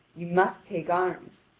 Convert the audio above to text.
you must take arms.